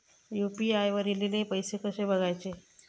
UPI वर ईलेले पैसे कसे बघायचे?